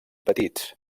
petits